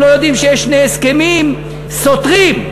שיש שני הסכמים סותרים: